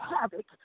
havoc